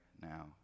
now